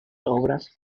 obras